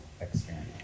experience